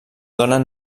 donen